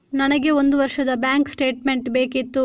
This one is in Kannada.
ನನಗೆ ಒಂದು ವರ್ಷದ ಬ್ಯಾಂಕ್ ಸ್ಟೇಟ್ಮೆಂಟ್ ಬೇಕಿತ್ತು